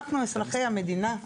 אנחנו אזרחי המדינה,